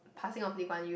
passing of Lee-Kuan-Yew